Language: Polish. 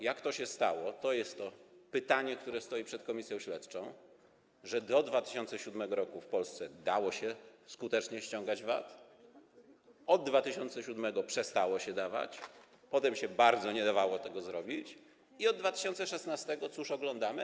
Jak to się stało - to jest to pytanie, które stoi przed komisją śledczą - że do 2007 r. w Polsce dało się skutecznie ściągać VAT, od 2007 r. przestało się dawać, potem się bardzo nie dawało tego zrobić i od 2016 r. cóż oglądamy?